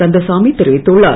கந்தசாமி தெரிவித்துள்ளார்